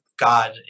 God